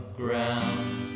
ground